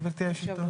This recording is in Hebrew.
גברתי היושבת-ראש?